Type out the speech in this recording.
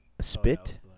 Spit